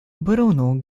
bruno